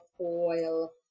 oil